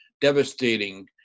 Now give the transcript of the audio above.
devastating